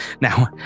Now